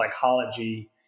psychology